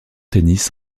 tennis